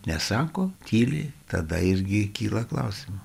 nesako tyli tada irgi kyla klausimų